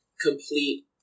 complete